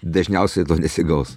dažniausiai to nesigaus